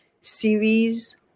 series